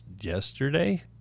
yesterday